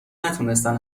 نتونستن